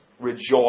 Rejoice